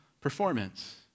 performance